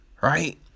right